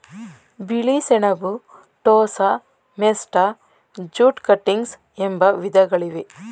ಬಿಳಿ ಸೆಣಬು, ಟೋಸ, ಮೆಸ್ಟಾ, ಜೂಟ್ ಕಟಿಂಗ್ಸ್ ಎಂಬ ವಿಧಗಳಿವೆ